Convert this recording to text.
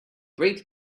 brake